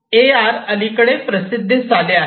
ए R अलीकडे प्रसिद्धीस आले आहे